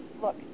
look